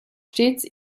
stets